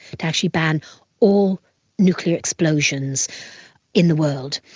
to actually ban all nuclear explosions in the world.